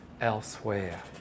elsewhere